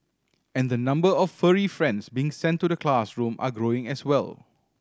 and the number of furry friends being sent to the classroom are growing as well